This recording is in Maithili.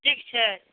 ठीक छै